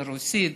לרוסית,